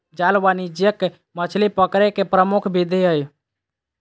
जाल वाणिज्यिक मछली पकड़े के प्रमुख विधि हइ